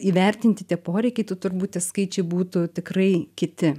įvertinti tie poreikiai tu turbūt tie skaičiai būtų tikrai kiti